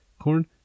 Corn